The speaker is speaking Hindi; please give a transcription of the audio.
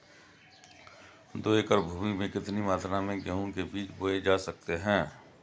दो एकड़ भूमि में कितनी मात्रा में गेहूँ के बीज बोये जा सकते हैं?